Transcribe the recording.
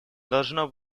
должно